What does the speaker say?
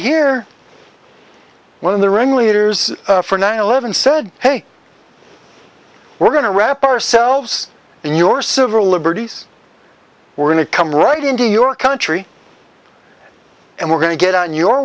here one of the ringleaders for nine eleven said hey we're going to wrap ourselves in your civil liberties we're going to come right into your country and we're going to get on your